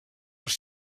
els